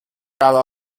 cada